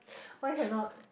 why cannot